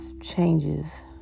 changes